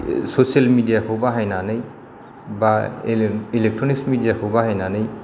social मिडियाखौ बाहायनानै बा इलेक्ट्र'निक मिडियाखौ बाहायनानै